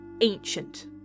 ancient